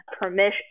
permission